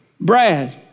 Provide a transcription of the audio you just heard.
Brad